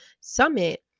summit